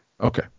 okay